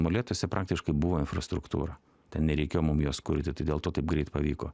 molėtuose praktiškai buvo infrastruktūra ten nereikėjo mum jos kuri dėl to taip greit pavyko